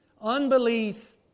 Unbelief